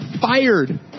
fired